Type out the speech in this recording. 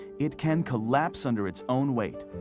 it can collapse under its own weight.